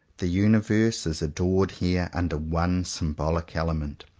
the universe is adored here under one symbolic element,